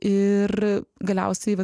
ir galiausiai vat